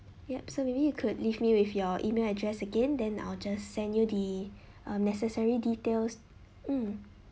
yup so maybe you could leave me with your email address again then I'll just send you the um necessary details mm